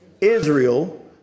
Israel